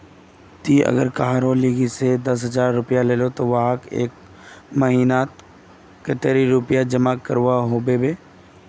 ती अगर कहारो लिकी से खेती ब्याज जेर पोर पैसा दस हजार रुपया लिलो ते वाहक एक महीना नात कतेरी पैसा जमा करवा होबे बे?